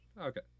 okay